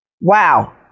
Wow